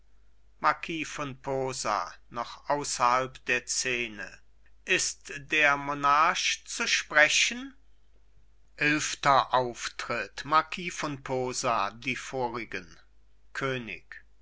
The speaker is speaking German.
marquis von posa noch außerhalb der szene ist der monarch zu sprechen elfter auftritt marquis von posa die vorigen könig